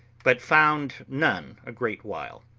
but found none a great while.